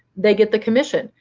they get the commission.